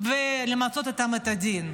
ולמצות איתם את הדין,